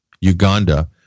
Uganda